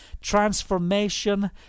transformation